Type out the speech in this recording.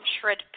Shred